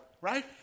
right